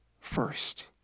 first